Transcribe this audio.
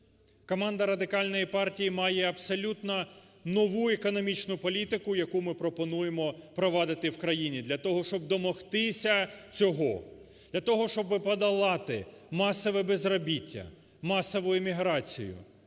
Команда Радикальної партії має абсолютно нову економічну політику, яку ми пропонуємо впровадити в країні для того, щоб домогтися цього, для того, щоби подолати масове безробіття, масові еміграцію,